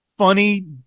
funny